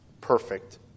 perfect